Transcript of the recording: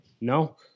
No